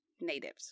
natives